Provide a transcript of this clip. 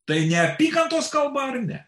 tai neapykantos kalba ar ne